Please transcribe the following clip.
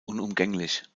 unumgänglich